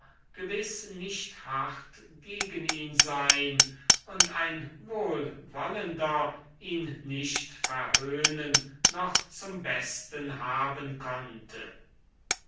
gewiß nicht hart gegen ihn sein und ein wohlwollender ihn nicht verhöhnen noch zum besten haben konnte